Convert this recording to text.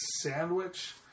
sandwich